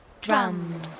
drum